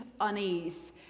unease